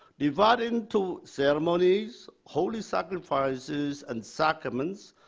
divided into ceremonies, holy sacrifices, and sacraments,